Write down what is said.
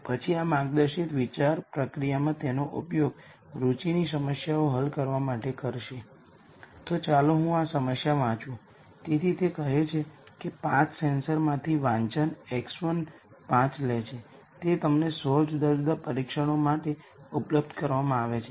હવે આ કિસ્સામાં જ્યારે મારી પાસે λ₁ આ રીતે પુનરાવર્તન થાઈ છે આના જેવું પછી તે બહાર આવે છે કે આ આઇગન વૅલ્યુ પાસે 2 આઇગન વેક્ટર જે સ્વતંત્ર છે અથવા તે માત્ર એક આઇગન વેક્ટર હોઈ શકે છે